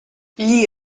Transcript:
gli